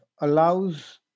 allows